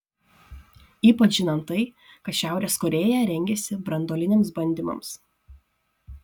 ypač žinant tai kad šiaurės korėja rengiasi branduoliniams bandymams